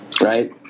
right